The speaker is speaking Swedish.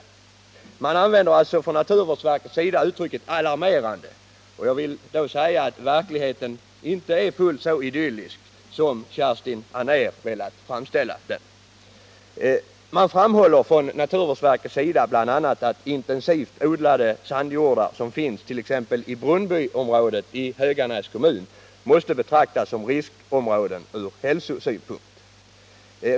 Naturvårdsverket använder alltså uttrycket ”alarmerande”. Jag vill då säga att verkligheten inte är fullt så idyllisk som Kerstin Anér velat framställa den. Man framhåller från naturvårdsverkets sida bl.a. att intensivt odlade sandjordar, som finns t.ex. i Brunnbyområdet i Höganäs kommun, måste betraktas som riskområden ur hälsosynpunkt.